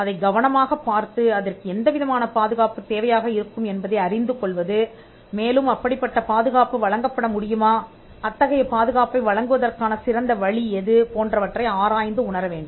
அதை கவனமாகப் பார்த்து அதற்கு எந்த விதமான பாதுகாப்பு தேவையாக இருக்கும் என்பதை அறிந்துகொள்வது மேலும் அப்படிப்பட்ட பாதுகாப்பு வழங்கப்பட முடியுமா அத்தகைய பாதுகாப்பை வழங்குவதற்கான சிறந்த வழி எது போன்றவற்றை ஆராய்ந்து உணர வேண்டும்